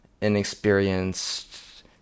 inexperienced